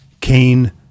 Cain